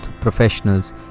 professionals